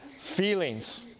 feelings